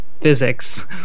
physics